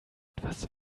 etwas